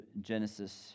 Genesis